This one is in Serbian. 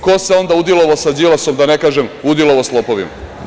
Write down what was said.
Ko se onda udilovao sa Đilasom, da ne kažem udilovao s lopovima?